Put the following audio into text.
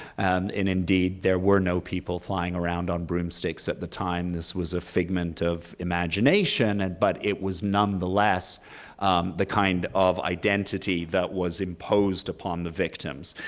and and indeed, there were no people flying around on broomsticks at the time. this was a figment of imagination, and but it was nonetheless the kind of identity that was imposed upon the victims.